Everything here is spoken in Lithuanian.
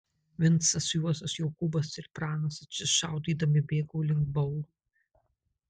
vincas juozas jokūbas ir pranas atsišaudydami bėgo link baurų